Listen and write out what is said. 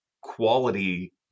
quality